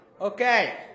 Okay